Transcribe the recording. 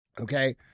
Okay